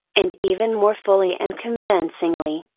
and even more fully and convincingly,